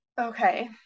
Okay